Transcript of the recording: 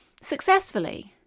successfully